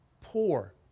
poor